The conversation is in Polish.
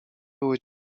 były